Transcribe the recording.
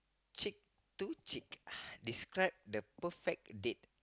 cheek to cheek uh describe the perfect date